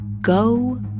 go